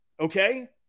Okay